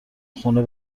خونه